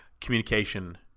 communication